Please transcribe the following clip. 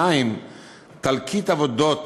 2. תלקיט עבודות